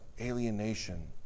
alienation